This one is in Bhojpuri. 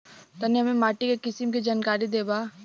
तनि हमें माटी के किसीम के जानकारी देबा?